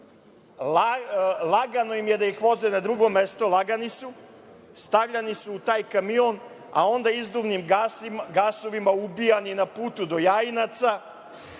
lagani, da ih voze na drugo mesto, stavljani su u taj kamion, a onda izduvnim gasovima ubijani na putu do Jajinaca,